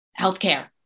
healthcare